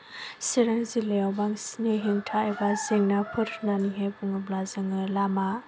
चिरां जिल्लायाव बांसिनै हेंथा एबा जेंनाफोर होननानैहाय बुङोब्ला जों लामा